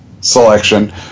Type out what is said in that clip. Selection